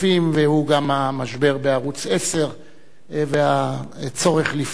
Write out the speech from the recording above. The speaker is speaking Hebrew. וגם לנושא המשבר בערוץ-10 והצורך לפתור אותו.